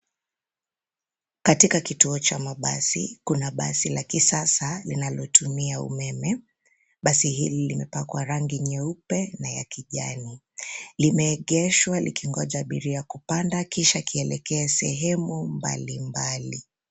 Katika kituo cha mabasi, kuna basi la kisasa linalotumia umeme. Basi hili limepakwa rangi nyeupe na ya kijani. Limeegeshwa likingonja abiria kupanda kisha kielekee sehemu mbali mbali.